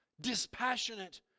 dispassionate